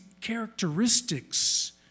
characteristics